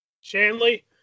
Shanley